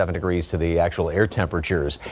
um degrees to the actual air temperatures.